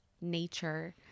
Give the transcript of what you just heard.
nature